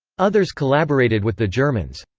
others collaborated with the germans.